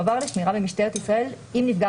תועבר לשמירה במשטרת ישראל אם נפגע